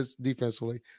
defensively